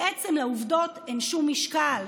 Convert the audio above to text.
בעצם, לעובדות אין שום משקל.